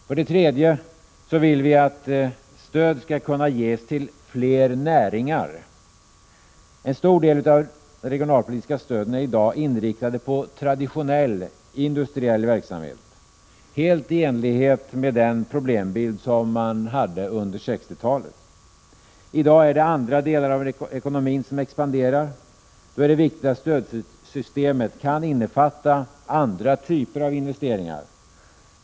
För det tredje vill vi att stöd skall kunna ges till fler näringar. En stor del av de regionalpolitiska stöden är i dag inriktade på traditionell industriell verksamhet, helt i enlighet med den problembild som man hade under 1960-talet. I dag är det andra delar av ekonomin som expanderar. Då är det viktigt att stödsystemet kan innefatta andra typer av investeringar.